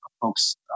folks